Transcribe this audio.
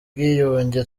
bwiyunge